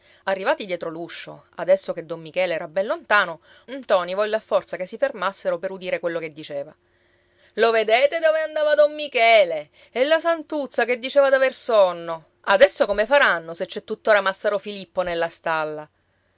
arrivati dietro l'uscio adesso che don michele era ben lontano ntoni volle a forza che si fermassero per udire quello che diceva lo vedete dove andava don michele e la santuzza che diceva d'aver sonno adesso come faranno se c'è tuttora massaro filippo nella stalla